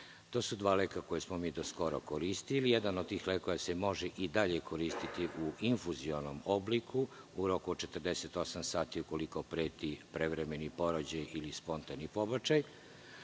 To su dva leka koja smo do skoro koristili. Jedan se i može i dalje koristiti u infuzionom obliku u roku od 48 sati ukoliko preti prevremeni porođaj ili spontani pobačaj.